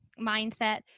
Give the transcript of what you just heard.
mindset